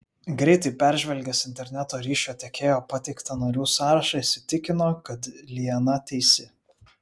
greitai peržvelgęs interneto ryšio tiekėjo pateiktą narių sąrašą įsitikino kad liana teisi